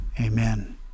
Amen